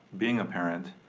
being a parent,